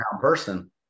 person